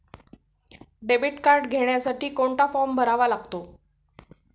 Debit card घेण्यासाठी कोणता form भरावा लागतो?